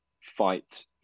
fight